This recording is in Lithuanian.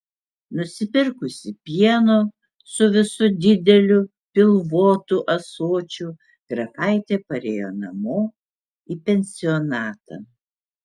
nusipirkusi pieno su visu dideliu pilvotu ąsočiu grafaitė parėjo namo į pensionatą